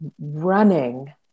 running